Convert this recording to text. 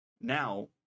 Now